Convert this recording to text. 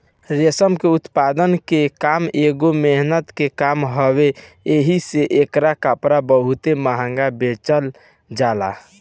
रेशम के उत्पादन के काम एगो मेहनत के काम हवे एही से एकर कपड़ा बहुते महंग बेचल जाला